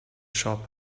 shop